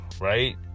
right